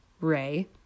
Ray